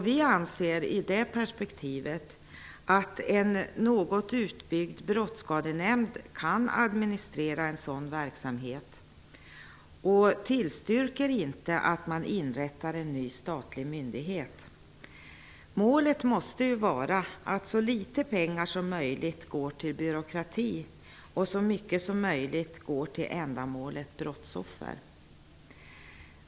Vi anser i detta perspektiv att en något utbyggd brottsskadenämnd kan administrera en sådan verksamhet och tillstyrker därför inte inrättandet av en ny statlig myndighet. Målet måste vara att så litet pengar som möjligt går till byråkrati och så mycket som möjligt till ändamålet brottsoffren.